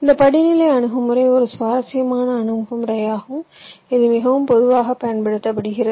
இந்த படிநிலை அணுகுமுறை ஒரு சுவாரஸ்யமான அணுகுமுறையாகும் இது மிகவும் பொதுவாகப் பயன்படுத்தப்படுகிறது